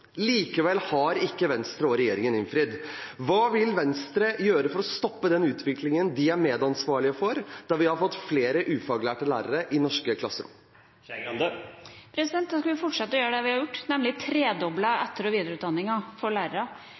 Likevel har ikke Venstre og regjeringen innfridd. Hva vil Venstre gjøre for å stoppe den utviklingen de er medansvarlige for, der vi har fått flere ufaglærte lærere i norske klasserom? Vi skal fortsette å gjøre det vi har gjort, nemlig tredoble etter- og videreutdanningen for lærere.